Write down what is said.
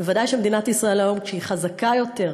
ודאי שמדינת ישראל היום, כשהיא חזקה יותר,